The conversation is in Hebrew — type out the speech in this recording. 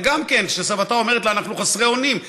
וגם שסבתה אומרת לה: אנחנו חסרי אונים.